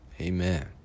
Amen